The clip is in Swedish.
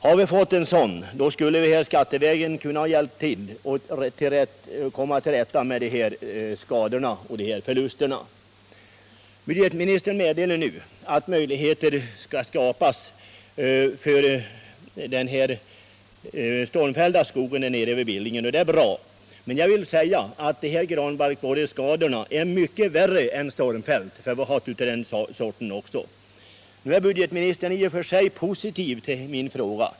Hade vi fått en sådan, skulle vi skattevägen ha kunnat hjälpa till för att komma till rätta med de här skadorna och förlusterna. Budgetministern meddelar att möjligheter skapas när det gäller den stormfällda skogen vid Billingen, och det är bra. Men jag vill säga att granbarkborreskadorna är mycket värre än skadorna vid stormfällning —- vi har haft skador av den sorten också. Nu är budgetministern i och för sig positiv till min fråga.